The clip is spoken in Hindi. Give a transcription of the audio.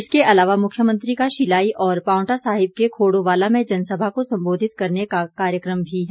इसके अलावा मुख्यमंत्री का शिलाई और पांवटा साहिब के खोड़ोवाला में जनसभा को संबोधित करने का भी कार्यक्रम है